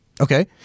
Okay